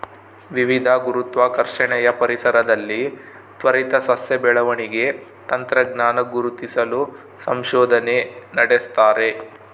ವಿವಿಧ ಗುರುತ್ವಾಕರ್ಷಣೆಯ ಪರಿಸರದಲ್ಲಿ ತ್ವರಿತ ಸಸ್ಯ ಬೆಳವಣಿಗೆ ತಂತ್ರಜ್ಞಾನ ಗುರುತಿಸಲು ಸಂಶೋಧನೆ ನಡೆಸ್ತಾರೆ